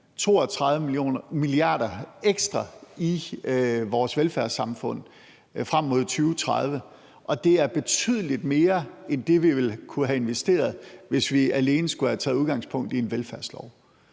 32 mia. kr. ekstra i vores velfærdssamfund frem mod 2030. Det er betydeligt mere end det, vi ville kunne have investeret, hvis vi alene skulle have taget udgangspunkt i en velfærdslov.